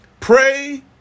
Pray